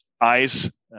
eyes